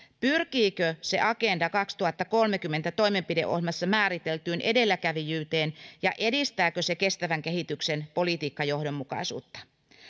pyrkiikö se agenda kaksituhattakolmekymmentä toimenpideohjelmassa määriteltyyn edelläkävijyyteen ja edistääkö se kestävän kehityksen politiikkajohdonmukaisuutta